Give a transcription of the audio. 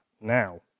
now